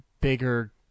bigger